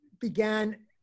began